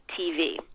TV